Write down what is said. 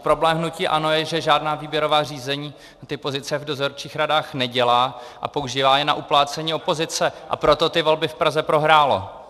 Problém hnutí ANO je, že žádná výběrová řízení na pozice v dozorčích radách nedělá a používá je na uplácení opozice, a proto volby v Praze prohrálo.